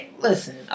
listen